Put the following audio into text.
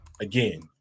again